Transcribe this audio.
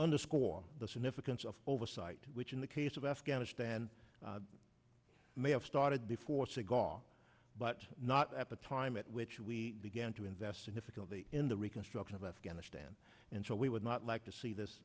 underscore the significance of oversight which in the case of afghanistan may have started before seagal but not at the time at which we began to invest in difficulty in the reconstruction of afghanistan and so we would not like to see this